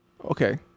Okay